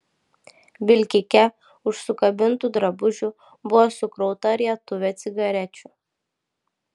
vilkike už sukabintų drabužių buvo sukrauta rietuvė cigarečių